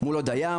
מול הודיה,